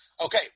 Okay